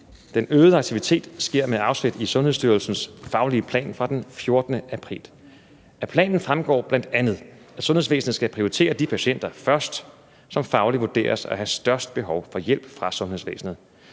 Den øgede aktivitet sker med afsæt i Sundhedsstyrelsens faglige plan fra den 14. april. Af planen fremgår bl.a., at sundhedsvæsenet skal prioritere de patienter først, som fagligt vurderes at have størst behov for hjælp fra sundhedsvæsenet.